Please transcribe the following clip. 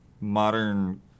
modern